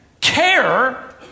...care